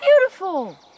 beautiful